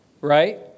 right